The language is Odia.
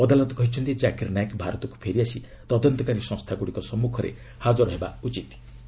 ଅଦାଲତ କହିଛନ୍ତି ଜାକିର୍ ନାଏକ ଭାରତକୁ ଫେରିଆସି ତଦନ୍ତକାରୀ ସଂସ୍ଥାଗୁଡ଼ିକ ସମ୍ମୁଖରେ ହାଜର ହେବା ଆବଶ୍ୟକ